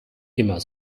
immer